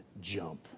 jump